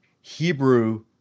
Hebrew